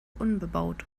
unbebaut